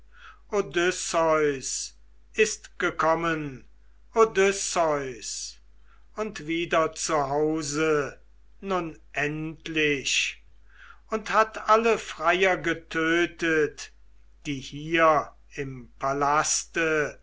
ist gekommen odysseus und wieder zu hause nun endlich und hat alle freier getötet die hier im palaste